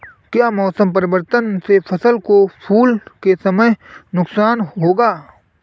क्या मौसम परिवर्तन से फसल को फूल के समय नुकसान होगा?